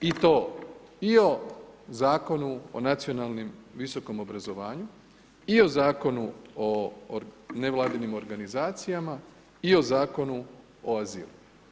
I to i o Zakonu o nacionalnom visokom obrazovanju i o zakonu o nevladinim organizacijama i o Zakonu o azilu.